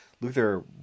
Luther